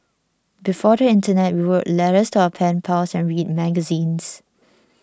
before the internet we wrote letters to our pen pals and read magazines